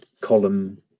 column